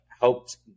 helped